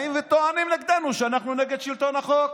באים וטוענים נגדנו שאנחנו נגד שלטון החוק.